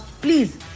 Please